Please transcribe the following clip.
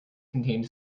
contained